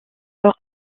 alors